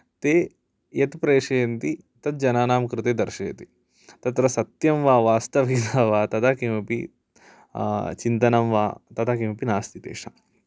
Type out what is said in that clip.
ते यत् प्रेषयन्ति तत् जनानां कृते दर्शयति तत्र सत्यं वा वास्तव्यः वा तथा किमपि चिन्तनं वा तथा किमपि नास्ति तेषां